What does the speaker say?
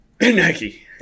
Nike